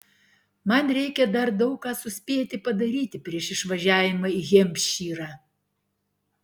man reikia dar daug ką suspėti padaryti prieš išvažiavimą į hempšyrą